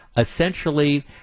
Essentially